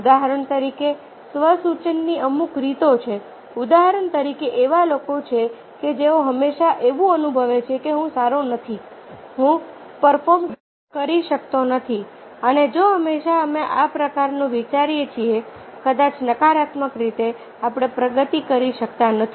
ઉદાહરણ તરીકે સ્વ સૂચનની અમુક રીતો છે ઉદાહરણ તરીકે એવા લોકો છે કે જેઓ હંમેશા એવું અનુભવે છે કે હું સારો નથી હું પરફોર્મ કરી શકતો નથીઅને જો હંમેશાં અમે આ પ્રકારનું વિચારીએ છીએ કદાચ નકારાત્મક રીતે આપણે પ્રગતિ કરી શકતા નથી